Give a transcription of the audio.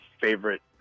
favorite